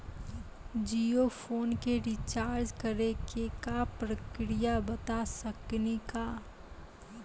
Jio phone के recharge करे के का प्रक्रिया बता साकिनी का?